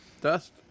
Dust